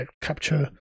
capture